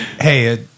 Hey